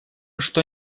что